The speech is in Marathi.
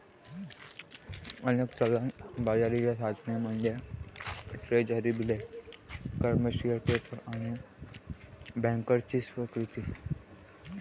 अनेक चलन बाजाराची साधने म्हणजे ट्रेझरी बिले, कमर्शियल पेपर आणि बँकर्सची स्वीकृती